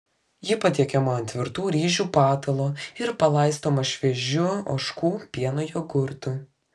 ji patiekiama ant virtų ryžių patalo ir palaistoma šviežiu ožkų pieno jogurtu